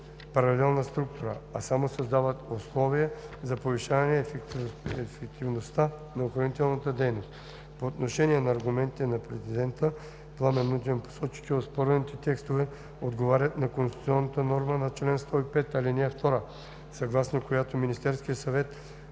паралелна структура, а само създават условия за повишаване ефективността на охранителната дейност. По отношение на аргументите на президента господин Пламен Нунев посочи, че оспорените текстове отговарят на конституционната норма на чл. 105, ал. 2, съгласно която Министерският съвет